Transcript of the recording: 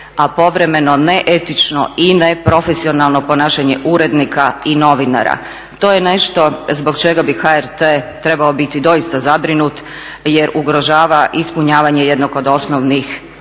a povremeno neetično i neprofesionalno ponašanje urednika i novinara. To je nešto zbog čega bi HRT trebao biti doista zabrinut jer ugrožava ispunjavanje jednog od osnovnih